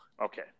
Okay